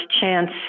chance